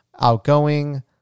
outgoing